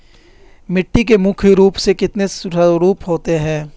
मिट्टी के मुख्य रूप से कितने स्वरूप होते हैं?